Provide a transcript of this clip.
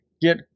Get